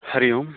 हरिः ओम्